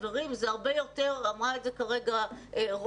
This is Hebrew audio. חברים, זה הרבה יותר, אמרה את זה כרגע רותם,